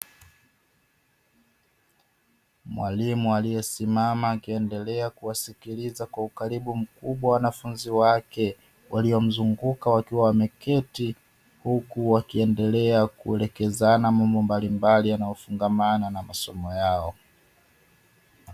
Mwalimu aliyesimama akiendelea kuwasikiliza kwa ukaribu mkubwa wanafunzi wake waliomzunguka wakiwa wameketi, huku wakiendelea kuelekezana mambo mbalimbali yanayofungamana na masomo yao.